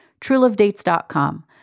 truelovedates.com